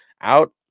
Out